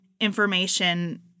information